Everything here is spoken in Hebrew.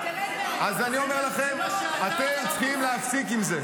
אז אני אומר לכם שאתם צריכים להפסיק עם זה.